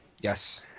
Yes